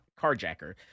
carjacker